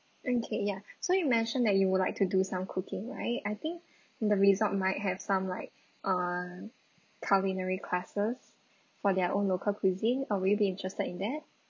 okay ya so you mentioned that you would like to do some cooking right I think the resort might have some like uh culinary classes for their own local cuisine uh will you be interested in that